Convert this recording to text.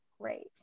great